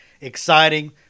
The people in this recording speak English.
exciting